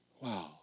wow